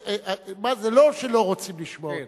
זה לא שלא רוצים לשמוע אותן.